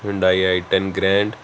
Hyundai I ten grand